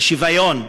השוויון,